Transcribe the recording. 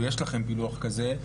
או יש לכם פילוח כזה,